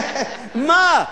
מה?